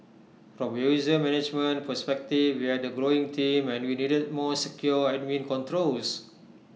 from A user management perspective we had A growing team and we needed more secure admin controls